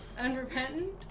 Unrepentant